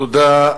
תודה.